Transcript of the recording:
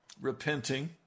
repenting